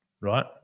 right